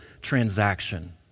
transaction